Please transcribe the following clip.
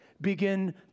begin